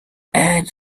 add